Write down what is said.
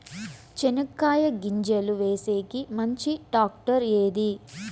చెనక్కాయ గింజలు వేసేకి మంచి టాక్టర్ ఏది?